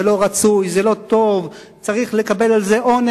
זה לא רצוי, זה לא טוב, צריך לקבל על זה עונש.